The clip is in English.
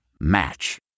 match